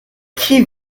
qui